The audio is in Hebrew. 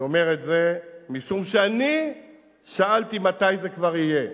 אני אומר את זה משום שאני שאלתי מתי זה כבר יהיה.